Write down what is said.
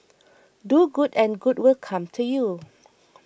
do good and good will come to you